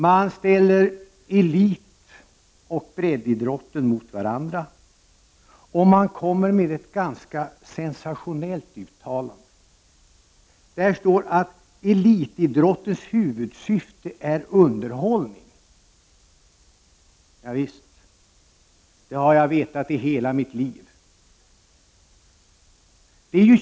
Man ställer elitidrott och breddidrott mot varandra, och man kommer med ett ganska sensationellt uttalande. Man kan nämligen läsa i reservationen att elitidrottens huvudsyfte är underhållning. Javisst. Det har jag vetat i hela mitt liv.